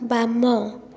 ବାମ